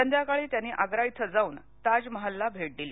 संध्याकाळी त्यांनी आग्रा इथं जाऊन ताजमहालला भेट दिली